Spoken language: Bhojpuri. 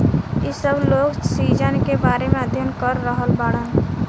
इ सब लोग सीजन के बारे में अध्ययन कर रहल बाड़न